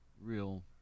real